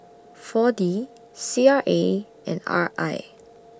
four D C R A and R I